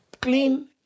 clean